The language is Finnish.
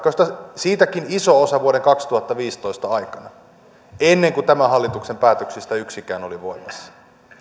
joista siitäkin iso osa vuoden kaksituhattaviisitoista aikana ennen kuin tämän hallituksen päätöksistä yksikään oli voimassa